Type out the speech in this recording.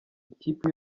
ikipi